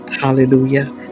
Hallelujah